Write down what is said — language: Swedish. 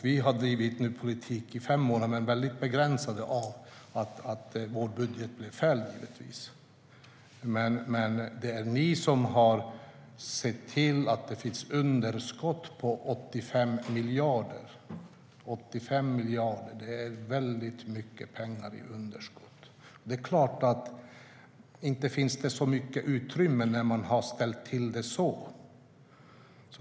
Vi har bedrivit politik i fem månader men är givetvis väldigt begränsade av att vår budget blev fälld. Det är ni, Eskil Erlandsson, som sett till att det finns ett underskott på 85 miljarder. 85 miljarder i underskott är väldigt mycket pengar. Det är klart att det inte finns så mycket utrymme när man ställt till det så.